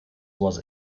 was